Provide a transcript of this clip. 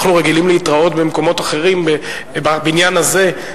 אנחנו רגילים להתראות במקומות אחרים בבניין הזה,